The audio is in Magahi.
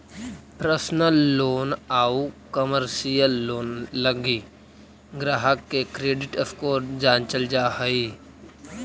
पर्सनल लोन आउ कमर्शियल लोन लगी ग्राहक के क्रेडिट स्कोर जांचल जा हइ